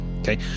Okay